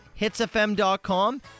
Hitsfm.com